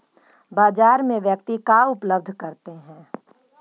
बाजार में व्यक्ति का उपलब्ध करते हैं?